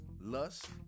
lust